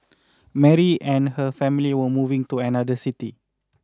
Mary and her family were moving to another city